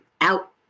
out